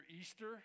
Easter